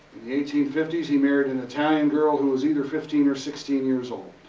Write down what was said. the eighteen fifty s, he married an italian girl who was either fifteen or sixteen years old.